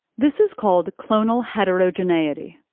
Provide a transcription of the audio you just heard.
this is called clonal heterogeneity,